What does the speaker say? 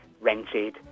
rented